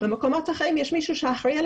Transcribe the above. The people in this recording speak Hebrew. במקומות אחרים יש מישהו שאחראי על